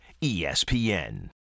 ESPN